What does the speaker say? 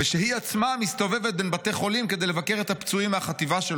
ושהיא עצמה מסתובבת בין בתי חולים כדי לבקר את הפצועים מהחטיבה שלו,